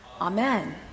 Amen